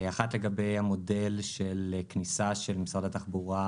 אחת לגבי המודל של כניסה של משרד התחבורה